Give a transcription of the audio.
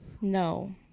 No